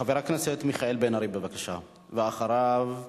חבר הכנסת מיכאל בן-ארי, בבקשה, ואחריו,